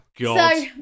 God